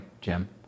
Jim